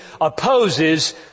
opposes